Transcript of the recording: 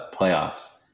playoffs